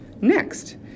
Next